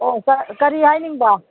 ꯑꯣ ꯀꯔꯤ ꯍꯥꯏꯅꯤꯡꯕ